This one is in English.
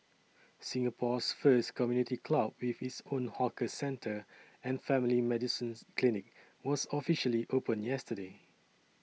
Singapore's first community club with its own hawker centre and family medicines clinic was officially opened yesterday